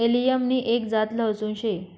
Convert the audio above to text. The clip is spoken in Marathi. एलियम नि एक जात लहसून शे